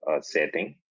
setting